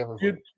Good